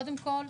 קודם כול,